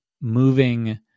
moving